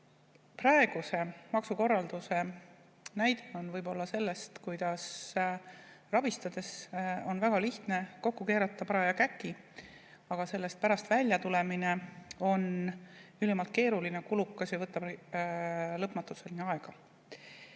praeguse maksukorralduse näide on võib-olla sellest, kuidas rabistades on väga lihtne kokku keerata paras käkk, aga sellest väljatulemine on ülimalt keeruline, kulukas ja võtab lõpmatuseni aega.